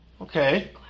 Okay